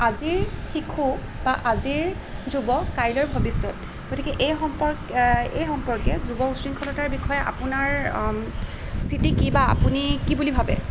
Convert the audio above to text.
আজিৰ শিশু বা আজিৰ যুৱ কাইলৈ ভৱিষ্যত গতিকে এই সম্পৰ্কে এই সম্পৰ্কে যুৱ উশৃংখলতাৰ বিষয়ে আপোনাৰ স্থিতি কি বা আপুনি কি বুলি ভাবে